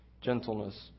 gentleness